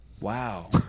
Wow